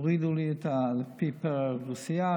הורידו לי לפי פר אוכלוסייה,